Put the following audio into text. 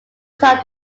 time